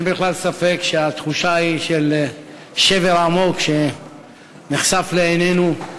אין בכלל ספק שהתחושה היא של שבר עמוק שנחשף לעינינו,